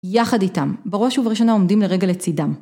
יחד איתם, בראש ובראשונה עומדים לרגע לצידם.